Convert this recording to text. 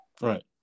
Right